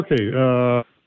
Okay